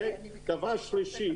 הדבר השלישי,